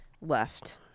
left